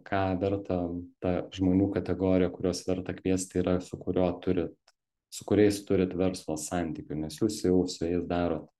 ką verta ta žmonių kategorija kuriuos verta kviest tai yra su kuriuo turit su kuriais turit verslo santykių nes jūs jau su jais darot